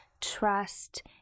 trust